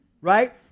right